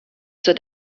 zur